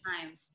time